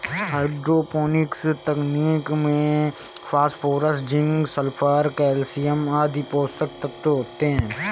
hydroponics तकनीक में phosphorus, zinc, sulphur, calcium आदि पोषक तत्व होते है